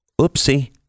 oopsie